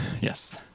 Yes